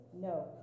No